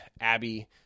Abby